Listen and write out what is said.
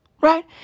right